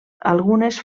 algunes